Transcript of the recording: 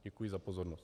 Děkuji za pozornost.